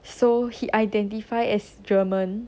so he identified as german